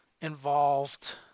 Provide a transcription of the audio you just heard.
involved